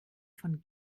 von